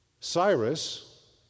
Cyrus